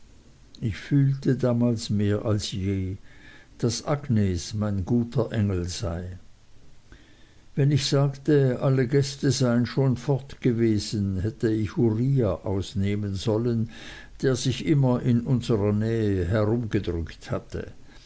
ich fühlte damals mehr als je daß agnes mein guter engel sei wenn ich sagte alle gäste seien schon fort gewesen hätte ich uriah ausnehmen sollen der sich immer in unserer nähe herumgedrückt hatte